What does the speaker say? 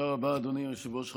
תודה רבה, אדוני היושב-ראש.